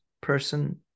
person